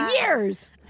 Years